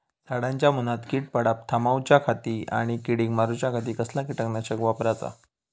झाडांच्या मूनात कीड पडाप थामाउच्या खाती आणि किडीक मारूच्याखाती कसला किटकनाशक वापराचा?